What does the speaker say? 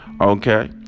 okay